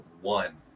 one